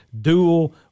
dual